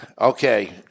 Okay